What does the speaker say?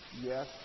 Yes